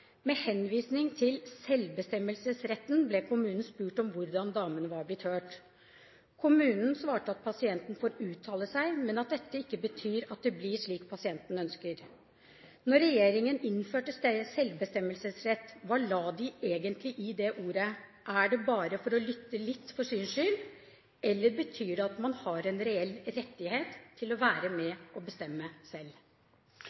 Med henvisning til selvbestemmelsesretten ble kommunen spurt om hvordan damen var blitt hørt. Kommunen svarte at pasienten får uttale seg, men at dette ikke betyr at det blir slik pasienten ønsker. Da regjeringen innførte selvbestemmelsesrett – hva la den egentlig i det ordet? Er det bare for å lytte litt, for syns skyld, eller betyr det at man har en reell rettighet til å være